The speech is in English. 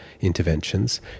interventions